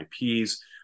IPs